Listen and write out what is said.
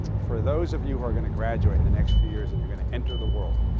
for those of you who are going to graduate in the next few years and you're going to enter the world,